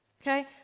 okay